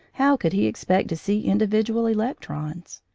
how could he expect to see individual electrons?